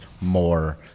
more